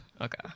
Okay